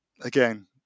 Again